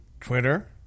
Twitter